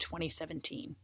2017